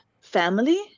family